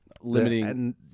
limiting-